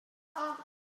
mawrth